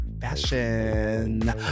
Fashion